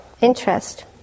interest